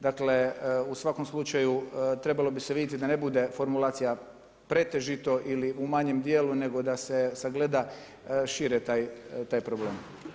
Dakle, u svakom slučaju trebalo bi se vidjeti da ne bude formulacija pretežito ili u manjem dijelu, nego da se sagleda šire taj problem.